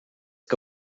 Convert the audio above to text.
que